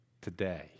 today